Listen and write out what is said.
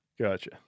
Gotcha